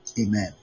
Amen